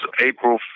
April